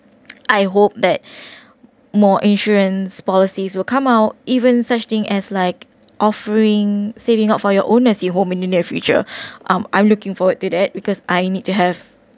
I hope that more insurance policies will come out even such thing as like offering saving up for your own as you home in the near future um I'm looking forward to that because I need to have